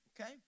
okay